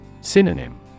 Synonym